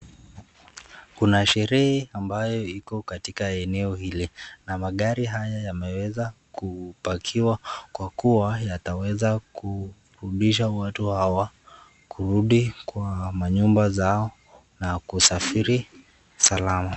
Kuna sherehe ambayo iko katika eneo hili, na magari haya yameweza kupakiwa kwa kuwa yataweza kurudisha watu hawa, kurudi kwa manyumba zao, na kusafiri salama.